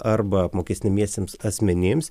arba apmokestinamiesiems asmenims